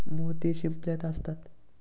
मोती शिंपल्यात असतात